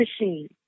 machine